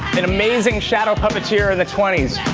an amazing shadow puppeteer in the twenty s,